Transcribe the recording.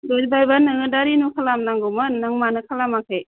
जेरैबाबो नोङो दा रिनिउ खालामनांगौमोन नों मानो खालामाखै